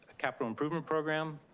kind of a improvement program,